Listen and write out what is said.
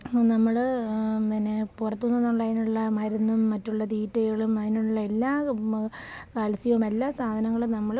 നമ്മൾ പിന്നെ പുറത്ത് നിന്നുള്ള അതിനുള്ള മരുന്നും മറ്റുമുള്ള തീറ്റകളും അതിനുള്ള എല്ലാ കാൽസ്യവും എല്ലാ സാധനങ്ങളും നമ്മൾ